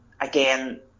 again